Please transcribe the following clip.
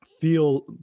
feel